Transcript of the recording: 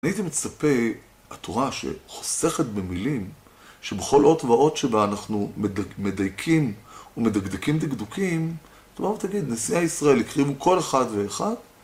אני הייתי מצפה, התורה שחוסכת במילים שבכל אות ואות שבה אנחנו מדייקים ומדקדקים דקדוקים, אתה תבוא ותגיד, נשיאי ישראל הקריבו כל אחד ואחד